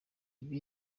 ibi